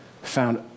found